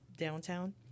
Downtown